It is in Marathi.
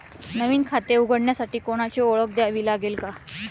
नवीन खाते उघडण्यासाठी कोणाची ओळख द्यावी लागेल का?